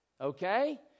okay